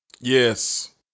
Yes